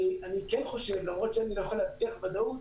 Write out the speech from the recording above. אני כן חושב, למרות שאני לא יכול להבטיח ודאות,